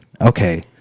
Okay